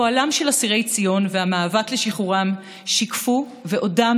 פועלם של אסירי ציון והמאבק לשחרורם שיקפו ועודם